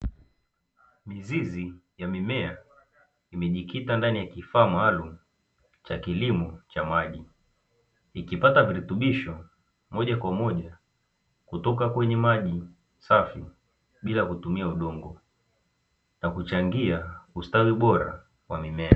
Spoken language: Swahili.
Mizizi ya mimea imejikita ndani ya kifaa maalumu cha kilimo cha maji, ikipata virutubisho Moja kwa moja kutoka kwenye maji safi bila kutumia udongo na kuchangia ustawi bora wa mimea.